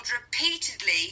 repeatedly